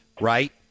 right